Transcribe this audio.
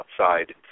outside